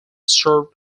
served